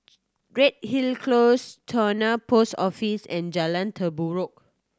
Redhill Close Towner Post Office and Jalan Terubok